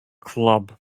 club